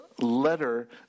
letter